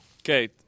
Okay